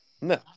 No